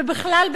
ובכלל,